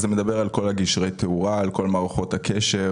זה מדבר על כל גשרי התאורה, על כל מערכות הקשר.